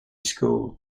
school